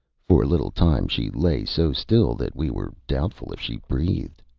for a little time, she lay so still that we were doubtful if she breathed.